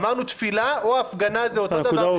אמרנו שתפילה או הפגנה זה אותו דבר.